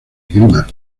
esgrima